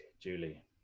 Julie